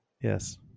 yes